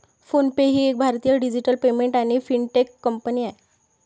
phone पे ही एक भारतीय डिजिटल पेमेंट आणि फिनटेक कंपनी आहे